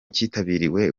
cyitabiriwe